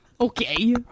Okay